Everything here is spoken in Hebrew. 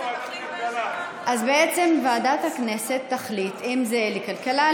אז בעצם ועדת הכנסת תחליט אם זה לכלכלה,